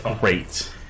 great